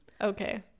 Okay